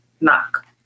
knock